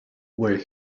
where